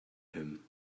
him